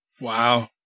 Wow